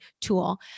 tool